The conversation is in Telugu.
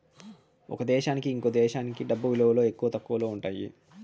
ఒక దేశానికి ఇంకో దేశంకి డబ్బు విలువలో తక్కువ, ఎక్కువలు ఉంటాయి